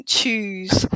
choose